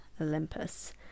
Olympus